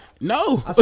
no